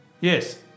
Yes